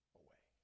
away